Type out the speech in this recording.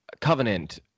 Covenant